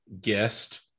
guest